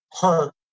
hurt